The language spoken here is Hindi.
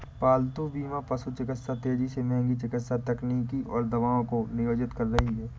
पालतू बीमा पशु चिकित्सा तेजी से महंगी चिकित्सा तकनीकों और दवाओं को नियोजित कर रही है